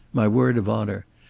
my word of honor.